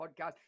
podcast